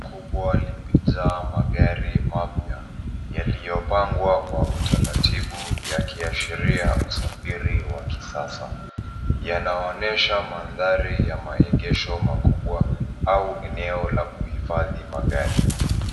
Kubwa limejaa magari mapya, yaliyopangwa kwa utaratibu yakiashiria usafiri wa kisasa. Yanaonyesha mandhari ya maegesho makubwa au eneo la kuhifadhi magari.